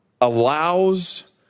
allows